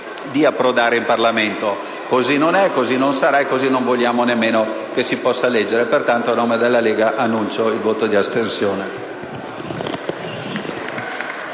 di approdare in Parlamento. Così non è, così non sarà e così non vogliamo che si possa leggere. Pertanto, a nome della Lega, annuncio la nostra astensione.